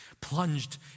plunged